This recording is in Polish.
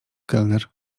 kelner